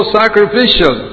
sacrificial